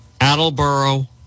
Attleboro